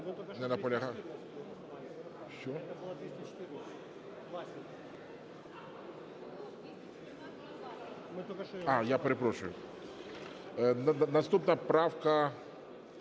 Я перепрошую. Наступна правка